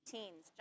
Teens